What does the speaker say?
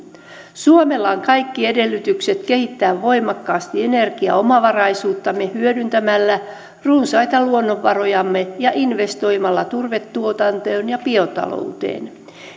suomella on kaikki edellytykset kehittää voimakkaasti energiaomavaraisuuttamme hyödyntämällä runsaita luonnonvarojamme ja investoimalla turvetuotantoon ja biotalouteen